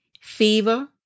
fever